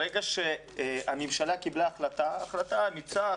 ברגע שהממשלה קיבלה החלטה אמיצה,